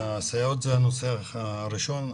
הסייעות זה הנושא הראשון.